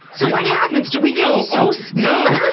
so what happens? do we get so scared?